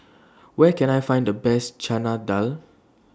Where Can I Find The Best Chana Dal